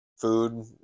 food